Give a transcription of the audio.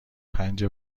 پنج